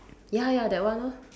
ya ya that one lor